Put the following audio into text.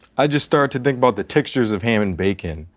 i just started to think about the textures of ham and bacon.